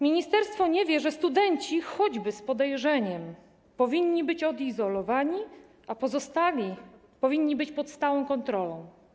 Ministerstwo nie wie, że studenci choćby z podejrzeniem powinni być odizolowani, a pozostali powinni być pod stałą kontrolą.